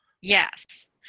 Yes